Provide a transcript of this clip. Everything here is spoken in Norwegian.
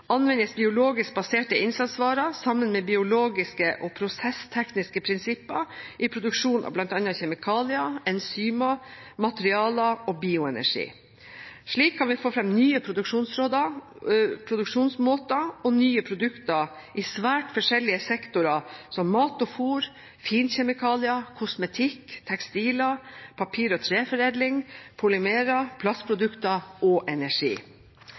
anvendes biologisk baserte innsatsvarer sammen med biologiske og prosesstekniske prinsipper i produksjon av bl.a. kjemikalier, enzymer, materialer og bioenergi. Slik kan vi få fram nye produksjonsmåter og nye produkter i svært forskjellige sektorer – som mat og fôr, finkjemikalier, kosmetikk, tekstiler, papir og treforedling, polymerer, plastprodukter og energi.